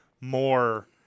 more